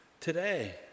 today